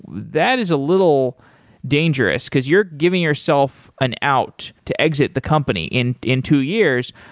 that is a little dangerous, because you are giving yourself an out to exit the company in in two years.